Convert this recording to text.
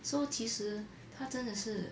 so 其实她真的是